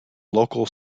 local